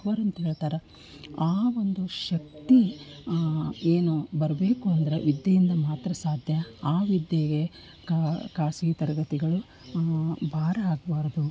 power ಅಂತೇಳ್ತಾರೆ ಆ ಒಂದು ಶಕ್ತಿ ಏನು ಬರಬೇಕು ಅಂದರೆ ವಿದ್ಯೆಯಿಂದ ಮಾತ್ರ ಸಾಧ್ಯ ಆ ವಿದ್ಯೆಗೆ ಖಾಸಗಿ ತರಗತಿಗಳು ಭಾರ ಆಗಬಾರ್ದು